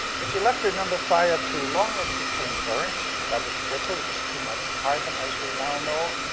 if you left it under fire too long, it became burnt. that was brittle, it was too much carbon, as we now know.